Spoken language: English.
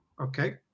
okay